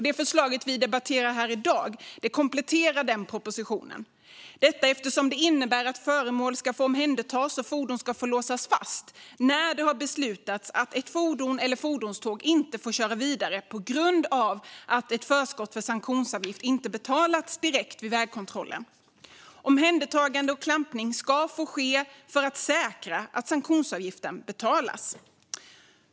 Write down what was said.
Det förslag vi debatterar här i dag kompletterar den propositionen, detta eftersom det innebär att föremål ska få omhändertas och fordon ska få låsas fast när det har beslutats att ett fordon eller fordonståg inte får köra vidare på grund av att ett förskott för sanktionsavgift inte har betalats direkt vid vägkontrollen. Omhändertagande och klampning ska få ske för att säkra att sanktionsavgiften betalas.